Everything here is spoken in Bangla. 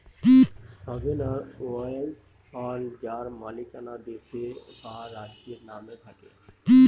সভেরান ওয়েলথ ফান্ড যার মালিকানা দেশের বা রাজ্যের নামে থাকে